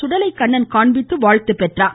சுடலைகண்ணன் காண்பித்து வாழ்த்துப் பெற்றார்